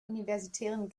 universitären